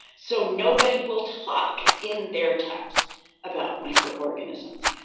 so nobody will talk in their texts about microorganisms.